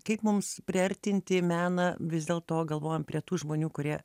kaip mums priartinti meną vis dėl to galvojom prie tų žmonių kurie